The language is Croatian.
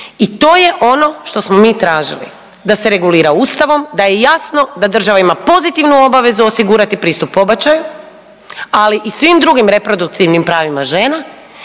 i to je ono što smo mi tražili da se regulira ustavom, da je jasno da država ima pozitivnu obavezu osigurati pristup pobačaju, ali i svim drugim reproduktivnim pravima žena